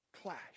clash